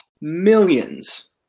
millions